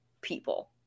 people